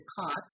Cots